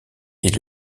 est